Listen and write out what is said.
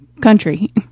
country